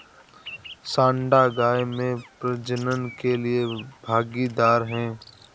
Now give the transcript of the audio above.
सांड गाय में प्रजनन के लिए भागीदार है